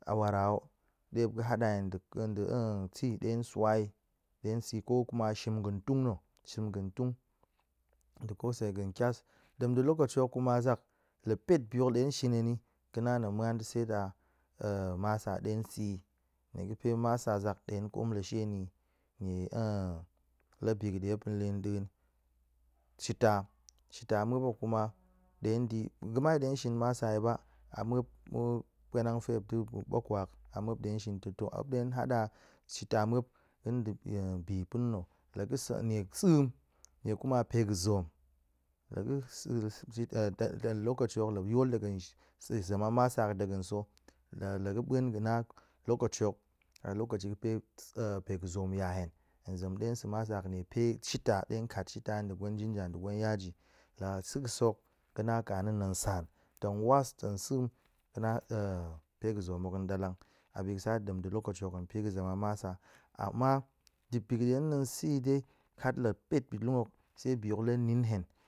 Awara hok ɗe muop ga̱ hada hen nɗe nɗe tea de swa yi ko kuma shim ga̱n tun na̱ shim ga̱n tun nɗe kosai ga̱n kias. Ɗem de lokaci hok ma zak, la pet bi hok nɗe shin hen ni ga̱ na hen muan de seet a masa de sa̱ yi nie ga̱fe masa zak ɗe koom la she ni yi nie la bi ga̱ ɗe muop tong li yin ɗa̱a̱n shita, shita muop hok kuma ɗe di yi ga̱mai ɗe shin masa yi bak, a muop mu puanang fe ɗe ɓakwa a muop ɗe shin to to muop de hada shita muop ndibi bi pa̱ena̱ la ga̱ sa̱ nie sem, nie kuma pe ga̱ zoom la ga̱ sa̱ lokaci hok muop yil daga zem a masa hok ɗe ga̱n sa̱, la la gə ɓa̱en ga̱ na, lokaci hok a lokaci ga̱pe pe ga̱zoom ya hen, hen zem ɗe sa̱ masa niepe shita ɗe kat shita ɗe gwen jinja ɗe gwen yaji, la sa̱ ga̱ sok ga̱ na kana̱ nsaan, tong was, tong sa̱em ga̱ na pe ga̱zoom hok tong ɗalang, a bi ga̱ sa to ɗem ɗa̱ lokaci hen pi ga̱ zem a masa, ama dik bi ga̱ ɗa̱ na̱ sa̱ dai kat la pet bit lun hok sai bi hok la nin hen